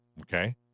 okay